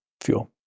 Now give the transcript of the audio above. Fuel